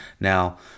now